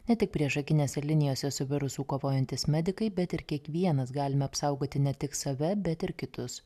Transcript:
ne tik priešakinėse linijose su virusu kovojantys medikai bet ir kiekvienas galime apsaugoti ne tik save bet ir kitus